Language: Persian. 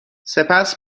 سپس